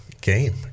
game